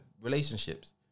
relationships